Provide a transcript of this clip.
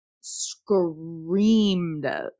screamed